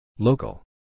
Local